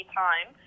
time